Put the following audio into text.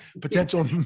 potential